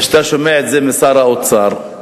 וכשאתה שומע את זה משר האוצר,